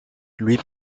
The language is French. louis